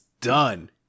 done